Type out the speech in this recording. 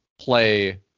play